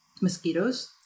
mosquitoes